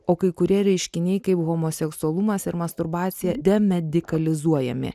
o kai kurie reiškiniai kaip homoseksualumas ir masturbacija demedikalizuojemi